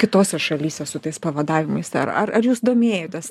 kitose šalyse su tais pavadavimais ar ar jūs domėjotės